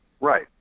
Right